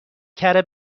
کره